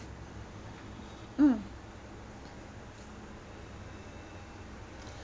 mm